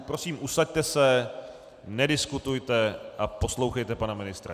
Prosím, usaďte se, nediskutujte a poslouchejte pana ministra.